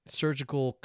surgical